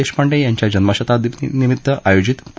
देशपांडे यांच्या जन्मशताब्दीनिमित्त आयोजित पू